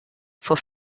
for